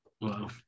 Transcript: Wow